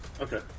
Okay